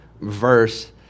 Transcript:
verse